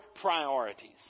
priorities